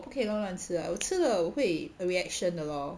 不可以乱乱吃啊我吃了我会 reaction 的咯